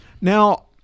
Now